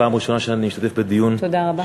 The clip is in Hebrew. פעם ראשונה שאני משתתף בדיון, תודה רבה.